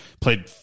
played